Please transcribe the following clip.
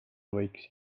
võiksid